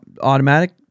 automatic